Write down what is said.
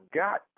got